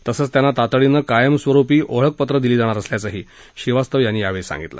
तसंच त्यांना तातडीनं कायमस्वरुपी ओळखपत्र दिली जाणार असल्याचं श्रीवास्तव यांनी यावेळी सांगितलं